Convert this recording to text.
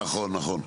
כן, נכון נכון.